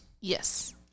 Yes